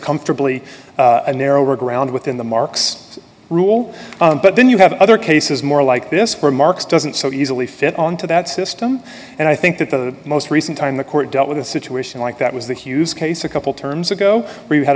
comfortably a narrower ground within the mercs rule but then you have other cases more like this where marks doesn't so easily fit on to that system and i think that the most recent time the court dealt with a situation like that was the hughes case a couple terms ago w